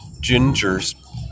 Ginger's